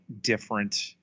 different